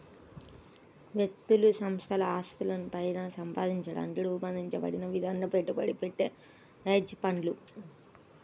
వ్యక్తులు సంస్థల ఆస్తులను పైన సంపాదించడానికి రూపొందించబడిన విధంగా పెట్టుబడి పెట్టే హెడ్జ్ ఫండ్లు